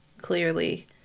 clearly